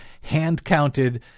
hand-counted